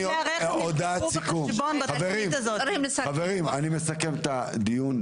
אני מסכם את הדיון,